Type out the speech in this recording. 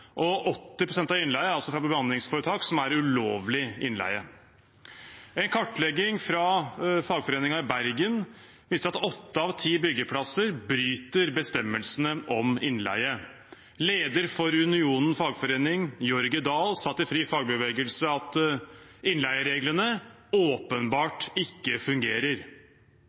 og 80 pst. av innleien er ulovlig innleie fra bemanningsforetak. En kartlegging fra fagforeningen i Bergen viser at åtte av ti byggeplasser bryter bestemmelsene om innleie. Leder for Unionen Fagforening, Jorge Dahl, sa til FriFagbevegelse at innleiereglene åpenbart ikke fungerer.